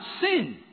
sin